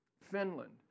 Finland